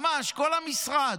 ממש, כל המשרד.